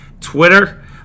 Twitter